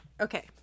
Okay